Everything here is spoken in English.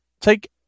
take